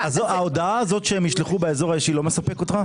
ההודעה שהם ישלחו באזור האישי לא מספק אותך?